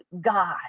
God